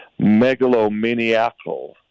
megalomaniacal